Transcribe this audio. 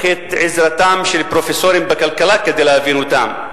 את עזרתם של פרופסורים בכלכלה כדי להבין אותם,